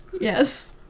Yes